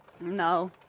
No